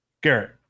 Garrett